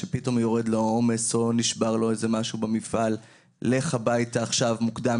כשפתאום יורד לו העומס או נשבר לו משהו במפעל: לך הביתה עכשיו מוקדם,